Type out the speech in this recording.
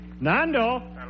Nando